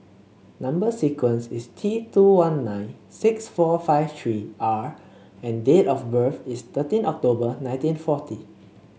number sequence is T two one nine six four five three R and date of birth is thirteen October nineteen forty